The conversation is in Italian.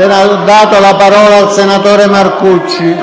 Ho dato la parola al senatore Marcucci.